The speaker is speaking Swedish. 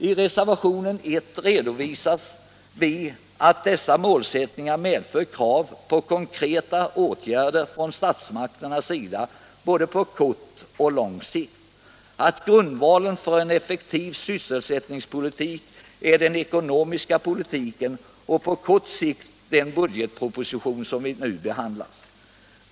I reservationen 1 redovisar vi att dessa motsättningar medför krav på konkreta åtgärder från statsmakternas sida på både kort och lång sikt samt att grundvalen för en effektiv sysselsättningspolitik är den ekonomiska politiken och, på kort sikt, den budgetproposition som vi nu behandlar.